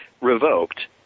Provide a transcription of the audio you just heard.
revoked